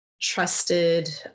trusted